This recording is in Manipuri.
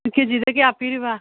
ꯀꯤꯖꯤꯗ ꯀꯌꯥ ꯄꯤꯔꯤꯕ